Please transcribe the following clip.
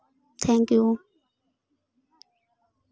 thank you